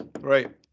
Right